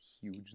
huge